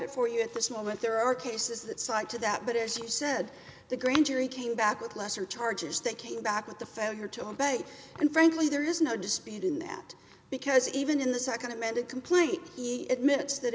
it for you at this moment there are cases that side to that but as you said the grand jury came back with lesser charges that came back with the failure to obey and frankly there is no dispute in that because even in the second amended complaint admits that